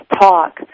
talk